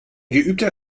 geübter